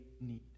need